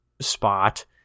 spot